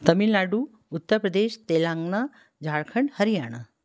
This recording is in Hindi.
तमिल नाडु उत्तर प्रदेश तेलंगाना झाड़खंड हरियाणा